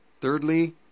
Thirdly